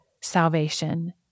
salvation